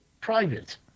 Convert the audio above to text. private